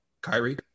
Kyrie